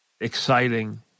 exciting